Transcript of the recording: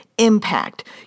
Impact